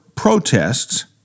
protests